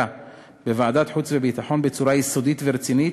בוועדת חוץ וביטחון בצורה יסודית ורצינית,